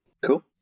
Cool